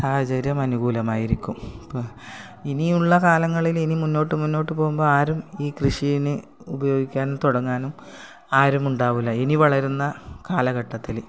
സാഹചര്യം അനുകൂലമായിരിക്കും ഇപ്പം ഇനിയുള്ള കാലങ്ങളിൽ ഇനി മുന്നോട്ട് മുന്നോട്ട് പോവുമ്പോൾ ആരും ഈ കൃഷീന് ഉപയോഗിക്കാൻ തുടങ്ങാനും ആരും ഉണ്ടാവില്ല ഇനി വളരുന്ന കാലഘട്ടത്തിൽ